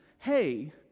hey